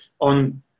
on